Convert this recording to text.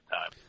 time